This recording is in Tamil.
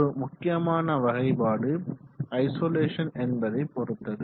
ஒரு முக்கிய வகைப்பாடு ஐசொலேஷன் என்பதை பொறுத்தது